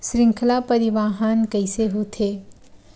श्रृंखला परिवाहन कइसे होथे?